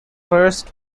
first